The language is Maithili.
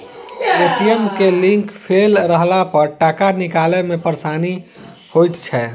ए.टी.एम के लिंक फेल रहलापर टाका निकालै मे परेशानी होइत छै